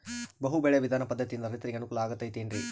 ಬಹು ಬೆಳೆ ವಿಧಾನ ಪದ್ಧತಿಯಿಂದ ರೈತರಿಗೆ ಅನುಕೂಲ ಆಗತೈತೇನ್ರಿ?